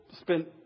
spent